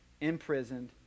imprisoned